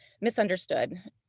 misunderstood